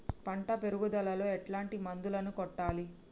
పంట పెరుగుదలలో ఎట్లాంటి మందులను కొట్టాలి?